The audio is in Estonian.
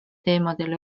teemadel